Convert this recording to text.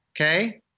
Okay